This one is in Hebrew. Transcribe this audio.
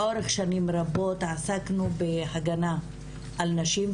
לאורך שנים רבות עסקנו בהגנה על נשים,